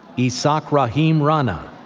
issaq raheem rana,